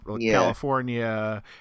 California